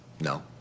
No